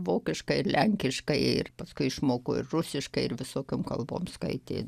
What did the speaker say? vokiškai ir lenkiškai ir paskui išmoko ir rusiškai ir visokiom kalbom skaitė